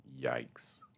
Yikes